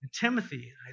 Timothy